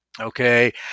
okay